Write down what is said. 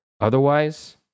Otherwise